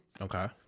Okay